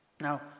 Now